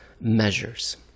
measures